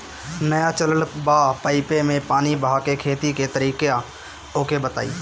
नया चलल बा पाईपे मै पानी बहाके खेती के तरीका ओके बताई?